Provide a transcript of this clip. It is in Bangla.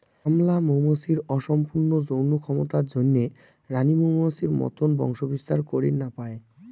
কামলা মৌমাছির অসম্পূর্ণ যৌন ক্ষমতার জইন্যে রাণী মৌমাছির মতন বংশবিস্তার করির না পায়